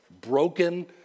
broken